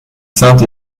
sainte